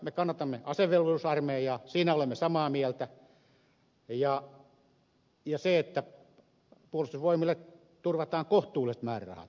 me kannatamme asevelvollisuusarmeijaa siinä olemme samaa mieltä ja sitä että puolustusvoimille turvataan kohtuulliset määrärahat